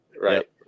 Right